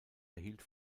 erhielt